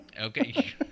Okay